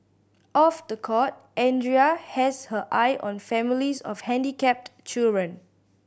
off the court Andrea has her eye on families of handicapped children